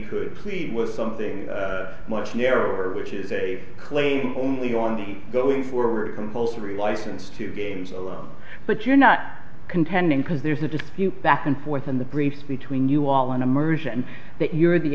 could create with something much narrower which is a claim only on the going forward compulsory license two games alone but you're not contending because there's a dispute back and forth in the briefs between you all and immersion and that you're the